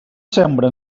sembra